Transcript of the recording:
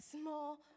small